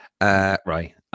Right